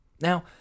Now